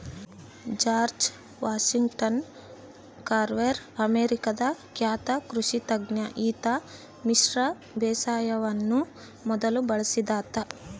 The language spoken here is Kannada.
ಜಾರ್ಜ್ ವಾಷಿಂಗ್ಟನ್ ಕಾರ್ವೆರ್ ಅಮೇರಿಕಾದ ಖ್ಯಾತ ಕೃಷಿ ತಜ್ಞ ಈತ ಮಿಶ್ರ ಬೇಸಾಯವನ್ನು ಮೊದಲು ಬಳಸಿದಾತ